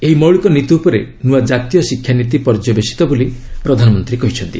ଏହି ମୌଳିକ ନୀତି ଉପରେ ନୂଆ ଜାତୀୟ ଶିକ୍ଷାନୀତି ପର୍ଯ୍ୟବେସିତ ବୋଲି ପ୍ରଧାନମନ୍ତ୍ରୀ କହିଛନ୍ତି